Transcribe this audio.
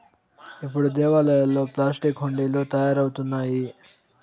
ఇప్పుడు దేవాలయాల్లో ప్లాస్టిక్ హుండీలు తయారవుతున్నాయి